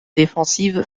défensives